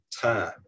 time